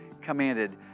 commanded